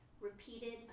repeated